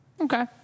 Okay